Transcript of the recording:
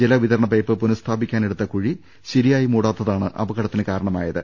ജല വിതരണപൈപ്പ് പുനസ്ഥാപിക്കാനെടുത്തകുഴി ശരിയായി മൂടാത്തതാണ് അപകടത്തിന് കാരണമായത്